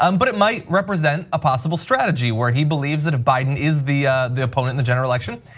um but it might represent a possible strategy where he believes that if biden is the the opponent in the general election,